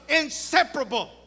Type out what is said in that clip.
inseparable